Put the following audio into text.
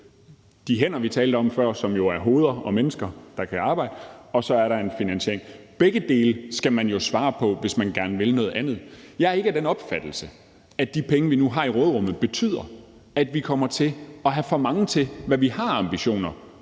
de hænder, vi talte om før, som jo er hoveder og mennesker, der kan arbejde, og så er der en finansiering. Begge dele skal man jo svare på, hvis man gerne vil noget andet. Jeg er ikke af den opfattelse, at de penge, vi nu har i råderummet, betyder, at vi kommer til at have for mange penge til de ambitioner,